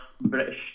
British